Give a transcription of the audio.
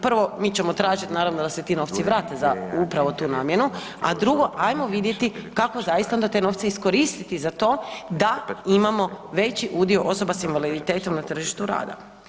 Prvo, mi ćemo tražiti naravno da se ti novci vrate za upravo tu namjenu, a drugo, ajmo vidjeti kako zaista onda te nove iskoristiti za to da imamo veći udio osoba s invaliditetom na tržištu rada.